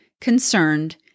concerned